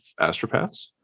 astropaths